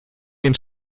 den